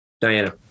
diana